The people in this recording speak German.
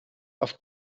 auf